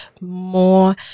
more